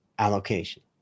allocation